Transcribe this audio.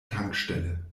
tankstelle